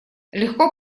легко